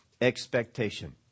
expectation